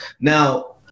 now